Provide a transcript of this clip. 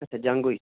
ਅੱਛਾ ਜੰਗ ਹੋਈ